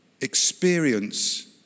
Experience